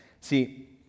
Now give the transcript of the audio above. See